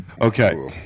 Okay